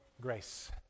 Grace